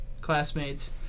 classmates